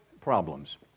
problems